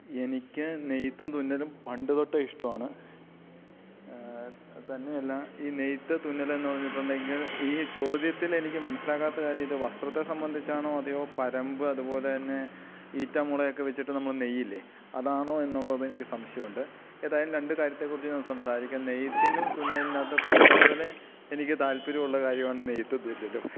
എനിക്ക് നെയ്ത്തും തുന്നലും പണ്ട് തൊട്ടേ ഇഷ്ടമാണ് തന്നെയല്ല ഈ നെയ്ത്ത് തുന്നലെന്ന് പറഞ്ഞിട്ടുണ്ടെങ്കിൽ ഈ ചോദ്യത്തിൽ എനിക്ക് മനസ്സിലാകാത്ത കാര്യം ഇത് വസ്ത്രത്തെ സംബന്ധിച്ചാണോ അതയോ പരമ്പ് അതുപോലെത്തന്നെ ഈറ്റാമുളയൊക്കെ വെച്ചിട്ട് നമ്മൾ നെയ്യില്ലേ അതാണോ എന്നുള്ളത് എനിക്ക് സംശയമുണ്ട് ഏതായാലും രണ്ട് കാര്യത്തെക്കുറിച്ച് ഞാൻ സംസാരിക്കാം നെയ്ത്തിനും തുന്നലിനകത്തും പണ്ട് മുതലേ എനിക്ക് താല്പര്യമുള്ള കാര്യമാണ് നെയ്ത്തും തുന്നലും